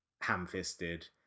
ham-fisted